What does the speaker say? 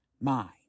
mind